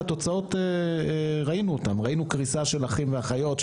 וראינו את התוצאות: ראינו קריסה של אחים ואחיות,